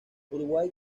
uruguay